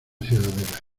ciudadela